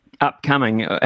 upcoming